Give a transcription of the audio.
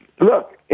look